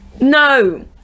No